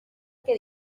que